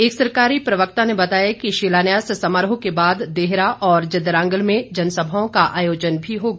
एक सरकारी प्रवक्ता ने बताया कि शिलान्यास समारोह के बाद देहरा और जदरांगल में जनसभाओं का आयोजन भी होगा